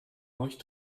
euch